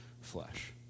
flesh